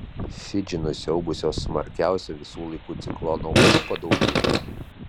fidžį nusiaubusio smarkiausio visų laikų ciklono aukų padaugėjo